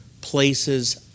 places